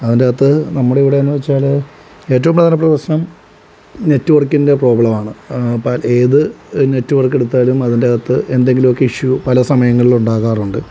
അതിൻറെ അകത്ത് നമ്മുടെ ഇവിടെ എന്നു വെച്ചാൽ ഏറ്റവും പ്രധാനപ്പെട്ട പ്രശ്നം നെറ്റ്വർക്കിൻ്റെ പ്രോബ്ലം ആണ് പ ഏത് നെറ്റ്വർക്ക് എടുത്താലും അതിൻറെ അകത്ത് എന്തെങ്കിലുമൊക്കെ ഇഷ്യൂ പല സമയങ്ങളിലും ഉണ്ടാകാറുണ്ട്